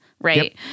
Right